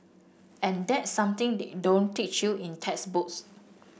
and that something they don't teach you in textbooks